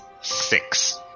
six